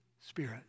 Spirit